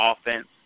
offense